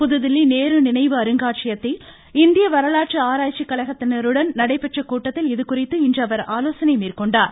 புதுதில்லி நேரு நினைவு அருங்காட்சியகத்தில் இந்திய வரலாற்று ஆராய்ச்சி கழகத்தினருடன் நடைபெற்ற கூட்டத்தில் இதுகுறித்து இன்று அவர் ஆலோசனை மேற்கொண்டார்